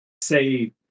say